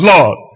Lord